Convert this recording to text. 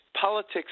politics